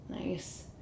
nice